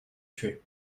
tué